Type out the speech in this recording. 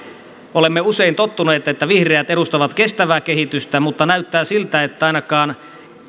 olemme usein tottuneet että vihreät edustavat kestävää kehitystä mutta näyttää siltä että ainakaan